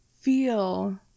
feel